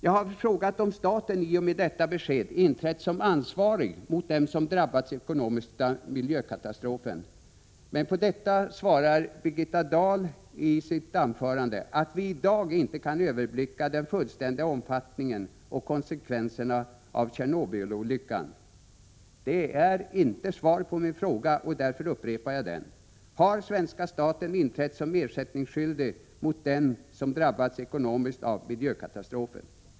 Jag har frågat om staten i och med detta besked inträtt som ansvarig mot dem som drabbats ekonomiskt av miljökatastrofen, men på detta svarar Birgitta Dahl i sitt anförande att vi i dag inte kan överblicka den fullständiga omfattningen och konsekvenserna av Tjernobylolyckan. Det är inte svar på min fråga och därför upprepar jag den: Har svenska staten inträtt som ersättningsskyldig mot dem som drabbats ekonomiskt av miljökatastrofen?